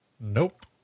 Nope